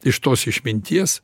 iš tos išminties